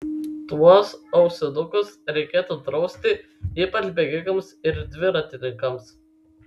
tuos ausinukus reikėtų drausti ypač bėgikams ir dviratininkams